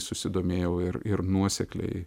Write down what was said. susidomėjau ir ir nuosekliai